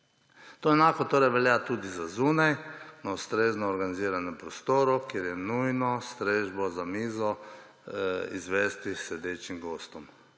To enako torej velja tudi za zunaj na ustrezno organiziranem prostoru, kjer je nujno strežbo za mizo izvesti sedečim gostom.